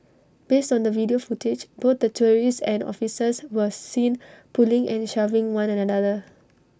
based on the video footage both the tourists and officers were seen pulling and shoving one and another